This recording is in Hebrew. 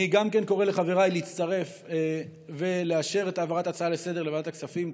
אני קורא לחבריי להצטרף ולאשר את העברת ההצעה לסדר-היום לוועדת הכספים.